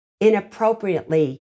inappropriately